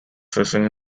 fishing